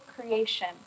creation